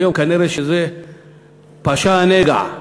היום כנראה פשה הנגע,